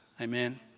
Amen